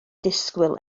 disgwyl